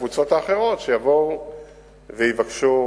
הקבוצות האחרות שיבואו ויבקשו,